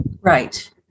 Right